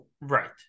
right